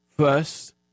First